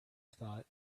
thought